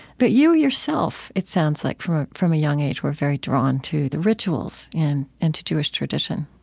but you, yourself, it sounds like, from from a young age, were very drawn to the rituals and and to jewish tradition